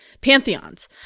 pantheons